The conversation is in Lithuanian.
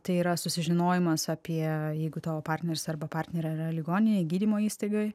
tai yra susižinojimas apie jeigu tavo partneris arba partnerė yra ligoninėje gydymo įstaigoj